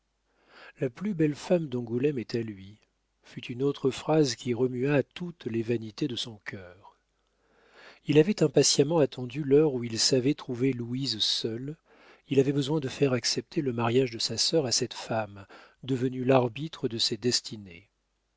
la plus belle femme d'angoulême est à lui fut une autre phrase qui remua toutes les vanités de son cœur il avait impatiemment attendu l'heure où il savait trouver louise seule il avait besoin de faire accepter le mariage de sa sœur à cette femme devenue l'arbitre de ses destinées